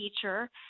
teacher